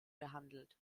behandelt